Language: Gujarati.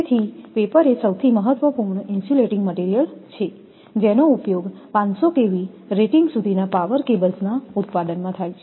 તેથી પેપર એ સૌથી મહત્વપૂર્ણ ઇન્સ્યુલેટીંગ મટિરિયલ છે જેનો ઉપયોગ 500 kV રેટિંગ સુધીના પાવર કેબલ્સના ઉત્પાદનમાં થાય છે